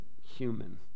human